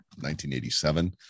1987